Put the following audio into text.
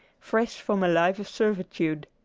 fresh from a life of servitude.